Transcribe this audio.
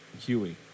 Huey